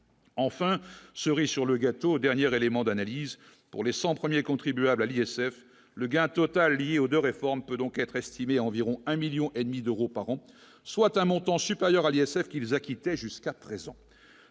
Enfin, cerise sur le gâteau, dernière élément d'analyse pour les 100 premiers contribuables à l'ISF, le gain total lié aux deux réformes peut donc être estimé à environ un 1000000 et demi d'euros par an, soit un montant supérieur à l'ISF qu'ils acquittaient jusqu'à présent,